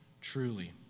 Truly